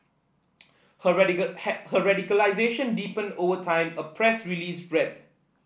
her hi her radicalisation deepened over time a press release read